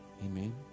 Amen